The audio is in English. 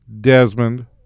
Desmond